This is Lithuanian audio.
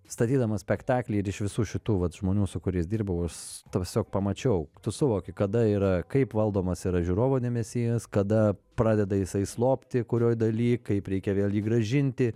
statydamas spektaklį ir iš visų šitų vat žmonių su kuriais dirbau aš tiesiog pamačiau tu suvoki kada yra kaip valdomas yra žiūrovo dėmesys kada pradeda jisai slopti kurioj daly kaip reikia vėl jį grąžinti